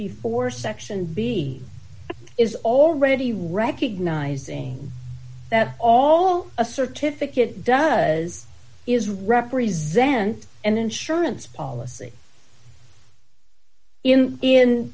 before section b is already recognizing that all a certificate does is represent an insurance policy in in